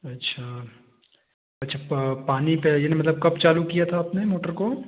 अच्छा अच्छा प पानी का यह न मतलब कब चालू किया था आपने मोटर को